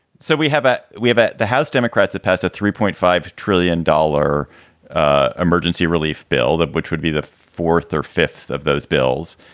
so we have. we have ah the house democrats that passed a three point five trillion dollar ah emergency relief bill, that which would be the fourth or fifth of those bills.